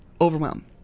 overwhelm